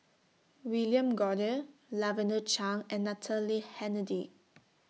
William Goode Lavender Chang and Natalie Hennedige